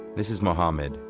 this is mohammed,